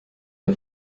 ein